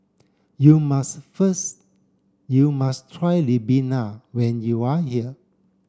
you must you must try Ribena when you are here